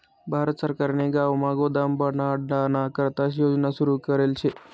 भारत सरकारने गावमा गोदाम बनाडाना करता योजना सुरू करेल शे